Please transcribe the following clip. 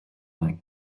like